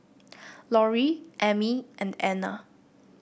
Lorrie Emmie and Anna